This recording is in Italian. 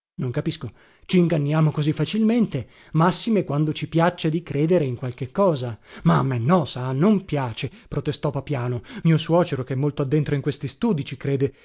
non capisco cinganniamo così facilmente massime quando ci piaccia di credere in qualche cosa ma a me no sa non piace protestò papiano mio suocero che è molto addentro in questi studii ci crede